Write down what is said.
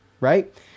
right